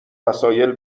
وسایل